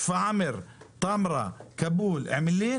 שפרעם, טמרה, כבול, איבלין